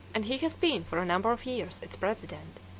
and he has been for a number of years its president,